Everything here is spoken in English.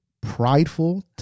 prideful